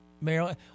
Maryland